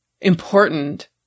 important